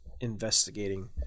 investigating